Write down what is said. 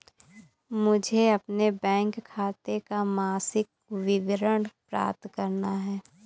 मुझे अपने बैंक खाते का मासिक विवरण प्राप्त करना है?